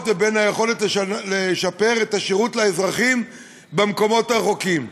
לבין היכולת לשפר את השירות לאזרחים במקומות הרחוקים.